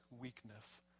weakness